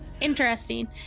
Interesting